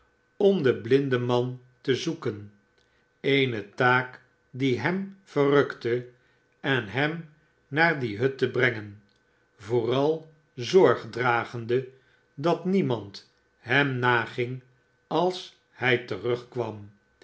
om den blindeman te zoeken eene taak die hem verrukte en hem naar die hut te brengen vooral zorg dragende dat memand hem nagmg als hij terugkwam